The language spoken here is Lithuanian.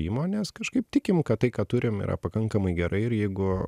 įmonės kažkaip tikim kad tai ką turim yra pakankamai gerai ir jeigu